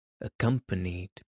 accompanied